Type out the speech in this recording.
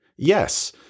Yes